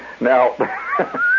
Now